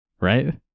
right